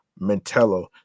Mentello